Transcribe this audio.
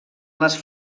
les